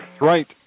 Right